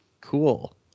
Cool